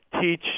teach